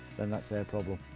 then that's their problem.